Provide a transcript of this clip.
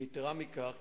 יתירה מכך,